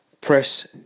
press